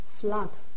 flood